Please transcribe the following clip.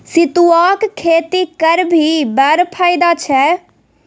सितुआक खेती करभी बड़ फायदा छै